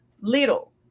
little